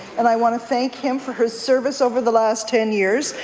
and i want to thank him for his service over the last ten years.